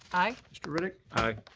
aye. mr. riddick. aye.